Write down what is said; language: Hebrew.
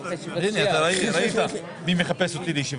(הישיבה נפסקה בשעה 13:45 ונתחדשה בשעה 13:49.) אני מחדש את הישיבה.